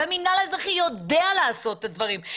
והמינהל האזרחי יודע לעשות את הדברים,